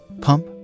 Pump